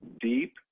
deep